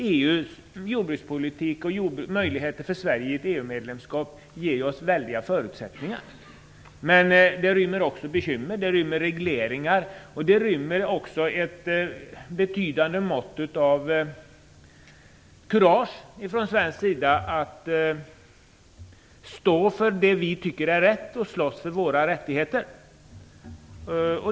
EU:s jordbrukspolitik och EU-medlemskapet ger ju oss väldiga förutsättningar. Men det inrymmer också bekymmer, t.ex. regleringar. Det behövs ett betydande mått av kurage från svensk sida för att vi skall kunna stå för det som vi tycker är rätt och slåss för våra rättigheter.